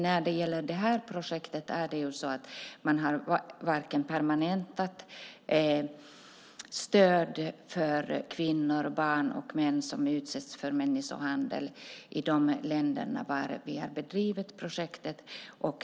När det gäller det här projektet har man inte permanentat stödet för kvinnor, barn och män som utsätts för människohandel i de länder där vi har bedrivit projektet.